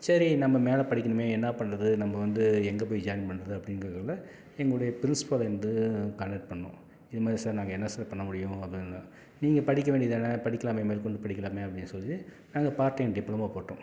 சரி நம்ம மேலே படிக்கணுமே என்ன பண்ணுறது நம்ம வந்து எங்கே போய் ஜாயின் பண்ணுறது அப்படிங்கக்குள்ள என்னுடைய ப்ரின்ஸிபாலை வந்து காண்டாக்ட் பண்ணோம் இது மாதிரி சார் நாங்கள் என்ன சார் பண்ண முடியும் அப்படின்னேன் நீங்கள் படிக்க வேண்டியது தானே படிக்கலாமே மேற்கொண்டு படிக்கலாமே அப்படின்னு சொல்லி நாங்கள் பார்ட் டைம் டிப்ளமோ போட்டோம்